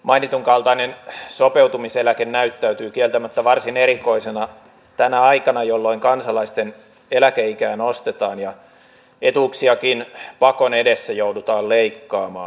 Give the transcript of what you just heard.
mainitun kaltainen sopeutumiseläke näyttäytyy kieltämättä varsin erikoisena tänä aikana jolloin kansalaisten eläkeikää nostetaan ja etuuksiakin pakon edessä joudutaan leikkaamaan